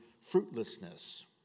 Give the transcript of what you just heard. fruitlessness